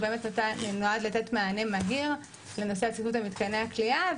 הוא נועד לתת מענה מהיר לנושא הצפיפות במתקני הכליאה,